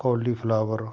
ਕੌਲੀ ਫਲਾਵਰ